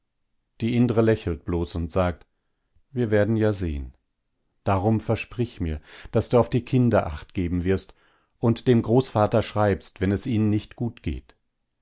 die indre lächelt bloß und sagt wir werden ja sehn darum versprich mir daß du auf die kinder achtgeben wirst und dem großvater schreibst wenn es ihnen nicht gut geht